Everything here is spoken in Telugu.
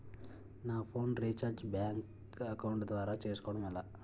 నా ఫోన్ రీఛార్జ్ బ్యాంక్ అకౌంట్ ద్వారా చేసుకోవటం ఎలా?